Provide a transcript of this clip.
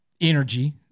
energy